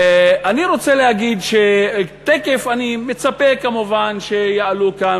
אני רוצה להגיד שאני מצפה כמובן שתכף יעלו לכאן